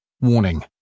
Warning